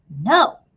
No